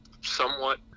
somewhat